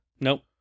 Nope